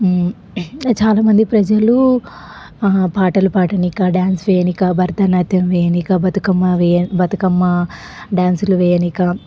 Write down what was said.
చాలామంది ప్రజలు పాటలు పాడానిక డ్యాన్స్ వేయడానికి భరతనాట్యం వేయడానికి బతుకమ్మ ఇవి బతుకమ్మ డ్యాన్సులు వేయడానికి